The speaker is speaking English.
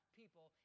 people